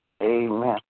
Amen